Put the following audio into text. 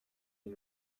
این